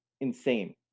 insane